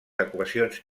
equacions